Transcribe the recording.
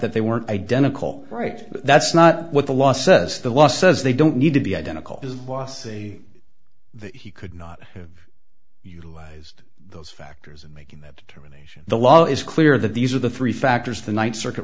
that they weren't identical right that's not what the law says the law says they don't need to be identical is bossy that he could not you used those factors in making that determination the law is clear that these are the three factors the th circuit